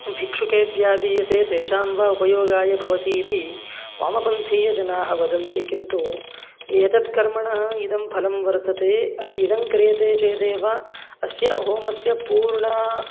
भिक्षुकेभ्यः दीयते तेषां वा उपयोगाय भवती इति वामपन्थीयजनाः वदन्ति किन्तु एतत् कर्मणः इदं फलं वर्तते इदं क्रियते चेदेव अस्य होमस्य पूर्णा